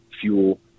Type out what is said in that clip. fuel